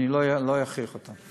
אני לא אכריח אותה.